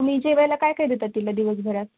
तुम्ही जेवायला काय काय देता तिला दिवसभरात